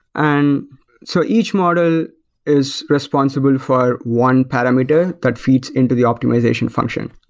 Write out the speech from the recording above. and so each model is responsible for one parameter that feeds into the optimization function.